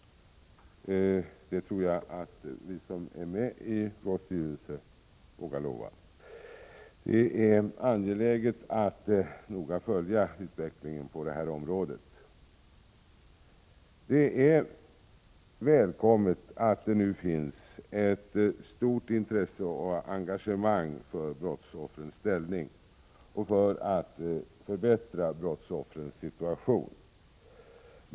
Det tror jag att vi som är med i BRÅ:s styrelse vågar lova. Det är angeläget att noga följa utvecklingen på detta område. Det är välkommet att det nu finns ett så stort intresse och engagemang för brottsoffrens ställning och för att förbättra brottsoffrens situation.